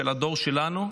של הדור שלנו,